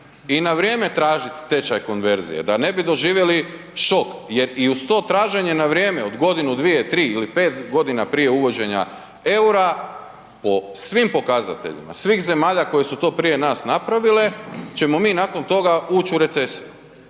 i na vrijeme tražit tečaj konverzije da ne bi doživjeli šok jer i uz to traženje na vrijeme od godinu, dvije, tri ili pet godina prije uvođenja eura, po svim pokazateljima svih zemalja koje su to prije nas napravile ćemo mi nakon toga ući u recesiju